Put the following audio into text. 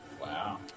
Wow